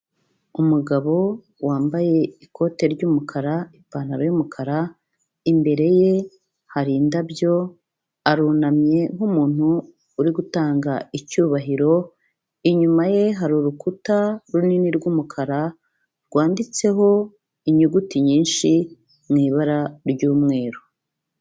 Umugabo wambaye ikote ry'umukara, ipantaro y'umukara imbere ye hari indabyo arunamye nk'umuntu uri gutanga icyubahiro, inyuma ye hari urukuta runini rw'umukara rwanditseho inyuguti nyinshi mu ibara ry'umweru.